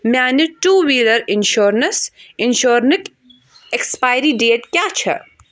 میانہِ two wheeler insurance انشورنٕکۍ expiry date کیٛاہ چھےٚ